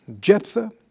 Jephthah